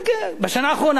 בשנה האחרונה, כן, כן.